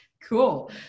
Cool